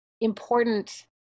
important